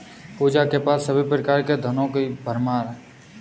पूजा के पास सभी प्रकार के धनों की भरमार है